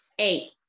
Eight